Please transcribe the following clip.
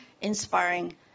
inspiring